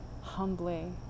humbly